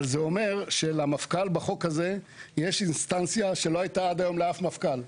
זה אומר שבחוק הזה למפכ"ל יש אינסטנציה שלא הייתה עד היום לאף מפכ"ל,